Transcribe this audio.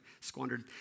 squandered